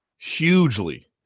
hugely